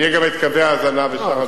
ויהיו קווי ההזנה ושאר הדברים.